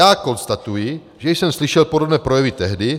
Já konstatuji, že jsem slyšel podobné projevy tehdy.